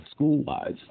School-wise